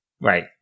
Right